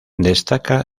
destaca